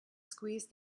squeezed